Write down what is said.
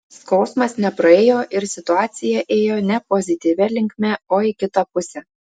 skausmas nepraėjo ir situacija ėjo ne pozityvia linkme o į kitą pusę